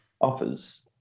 offers